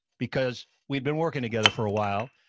because we'd been working together for a while,